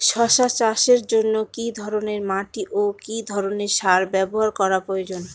শশা চাষের জন্য কি ধরণের মাটি ও কি ধরণের সার ব্যাবহার করা প্রয়োজন?